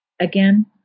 Again